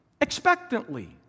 expectantly